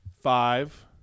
Five